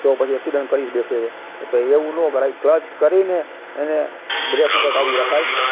તો પછી એક્ષિડન કરી જ બેસે છે પછી એવું ન કરાય ક્લચ કરીને એને બ્રેક ઉપર ઝાલી રખાય